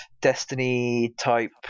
Destiny-type